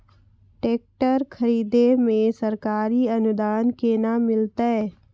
Tractor खरीदै मे सरकारी अनुदान केना मिलतै?